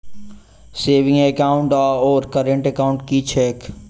Saving account आओर current account की छैक?